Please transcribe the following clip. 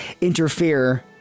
interfere